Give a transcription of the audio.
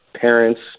parents